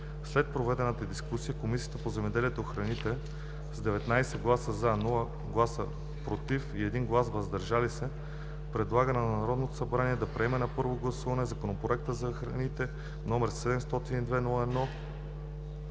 След проведената дискусия Комисията по земеделието и храните с 19 гласа „за”, без „против” и 1 глас „въздържал се” предлага на Народното събрание да приеме на първо гласуване Законопроект за храните, № 702-01-18,